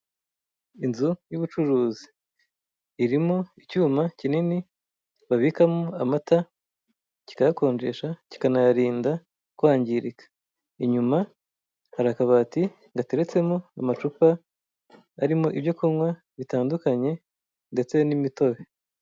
Inzu y'ubucurzi irimo icyuma kinini babikamo amata cyikayakonjesha cyikanayarinda kwangirika, inyuma hari akabati gateretsemo amacupa arimo ibyo kunywa bitandukanye ndetse n'imitobe.